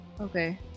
Okay